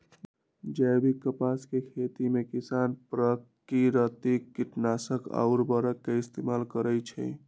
जैविक कपास के खेती में किसान प्राकिरतिक किटनाशक आ उरवरक के इस्तेमाल करई छई